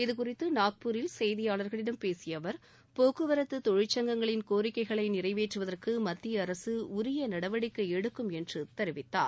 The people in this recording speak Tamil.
இதுகுறித்து நாக்பூரில் செய்தியாளர்களிடம் பேசிய அவர் போக்குவரத்து நாதிற்சங்கங்களின் கோரிக்கைகளை நிறைவேற்றுவதற்கு மத்திய அரசு உரிய நடவடிக்கை எடுக்கும் என்று தெரிவித்தார்